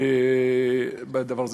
הדבר הזה.